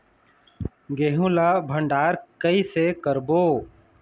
गेहूं ला भंडार कई से करबो?